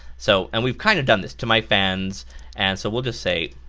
so and we've kind of done this. to my fans and so we'll just say